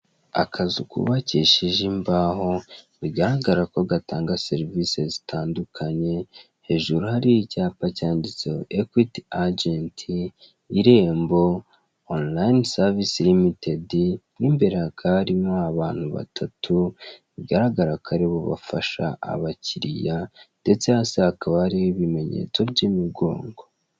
Akazu kubakishije imbaho bigaragara ko gatanga serivise zitandukanye, hejuru hariho icyapa cyanditseho ekwiti ajenti, irembo, onilayini savisi limitedi, mo imbere hakaba harimo abantu batatu, bigaragara ko aribo bafasha abakiliya ndetse hasi hakaba hariho ibimenyetso by'imigongo